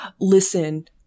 listen